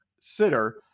sitter